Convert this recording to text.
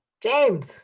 James